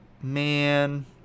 man